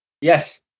Yes